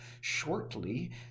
shortly